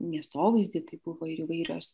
miestovaizdį tai buvo ir įvairios